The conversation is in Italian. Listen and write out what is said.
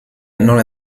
non